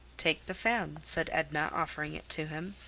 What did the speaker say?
take the fan, said edna, offering it to him.